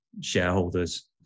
shareholders